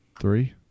Three